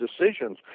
decisions